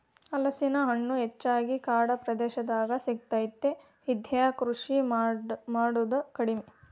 ಹಲಸಿನ ಹಣ್ಣು ಹೆಚ್ಚಾಗಿ ಕಾಡ ಪ್ರದೇಶದಾಗ ಸಿಗತೈತಿ, ಇದ್ನಾ ಕೃಷಿ ಮಾಡುದ ಕಡಿಮಿ